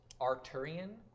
Arturian